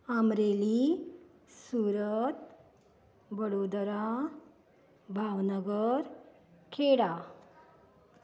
Amreli Surat Vadodara Bhavnagar Kheda